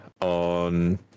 on